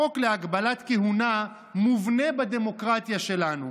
החוק להגבלות כהונה מובנה בדמוקרטיה שלנו,